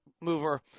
mover